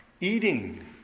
eating